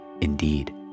indeed